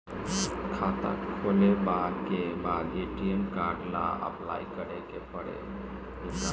खाता खोलबाबे के बाद ए.टी.एम कार्ड ला अपलाई करे के पड़ेले का?